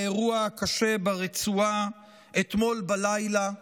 באירוע הקשה ברצועה אתמול בלילה.